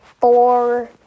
four